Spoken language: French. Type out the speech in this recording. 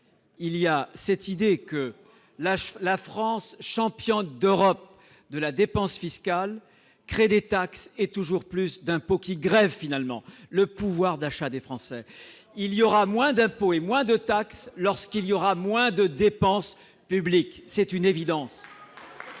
il y a cette idée que la France, championne d'Europe de la dépense fiscale, crée toujours plus de taxes et d'impôts qui grèvent finalement le pouvoir d'achat des Français. Il y aura moins d'impôts et moins de taxes lorsqu'il y aura moins de dépenses publiques, c'est une évidence